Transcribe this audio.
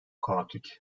kaotik